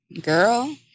girl